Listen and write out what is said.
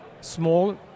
small